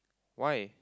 why